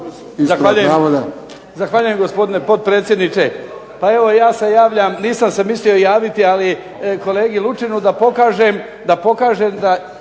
Zahvaljujem, gospodine potpredsjedniče. Pa evo ja se javljam, nisam se mislio javiti, ali kolegi Lučinu da pokažem da